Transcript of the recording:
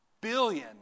billion